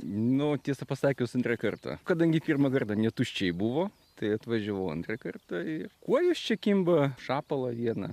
nu tiesą pasakius antrą kartą kadangi pirmą kartą ne tuščiai buvo tai atvažiavau antrą kartą ir kuojos čia kimba šapalą vieną